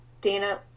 Dana